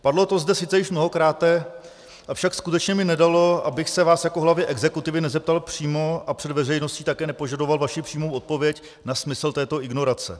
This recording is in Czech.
Padlo to zde sice již mnohokráte, avšak skutečně mi nedalo, abych se vás jako hlavy exekutivy nezeptal přímo a před veřejností také nepožadoval přímou odpověď na smysl této ignorace.